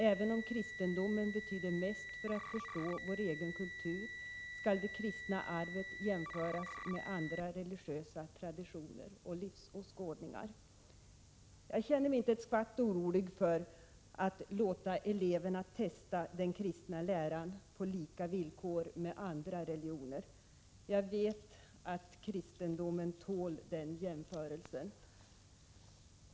Även om kristendomen betyder mest för att förstå vår egen kultur, skall det kristna arvet jämföras med andra religiösa traditioner och livsåskådningar.” Jag känner mig inte ett skvatt orolig för att låta eleverna testa den kristna läran på lika villkor med andra religioner. Jag vet att kristendomen tål den jämförelsen.